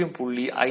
2 0